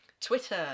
Twitter